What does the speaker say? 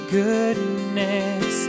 goodness